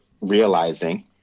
realizing